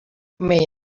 may